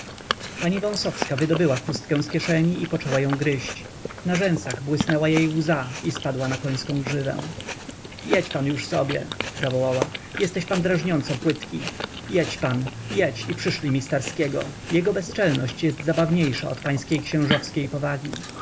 pani wąsowska wydobyła chustkę z kieszeni i poczęła ją gryźć na rzęsach błysnęła jej łza i spadła na końską grzywę jedź pan już sobie zawołała jesteś pan drażniąco płytki jedź pan jedź i przyszlij mi starskiego jego bezczelność jest zabawniejsza od pana księżowskiej powagi